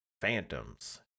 phantoms